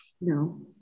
no